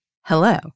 hello